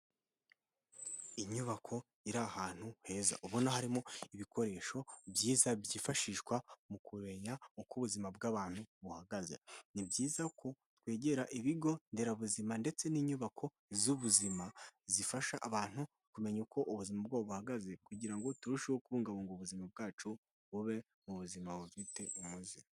Inyubako iri ahantu heza. Ubona harimo ibikoresho byiza byifashishwa mu kumenya uko ubuzima bw'abantu buhagaze. Ni byiza ko twegera ibigo nderabuzima ndetse n'inyubako z'ubuzima zifasha abantu kumenya uko ubuzima bwabo buhagaze kugira ngo turusheho kubungabunga ubuzima bwacu bube mu buzima bufite umuze.